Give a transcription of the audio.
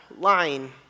lying